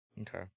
Okay